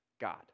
God